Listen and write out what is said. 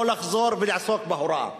או לחזור ולעסוק בהוראה.